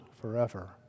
forever